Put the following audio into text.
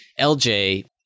LJ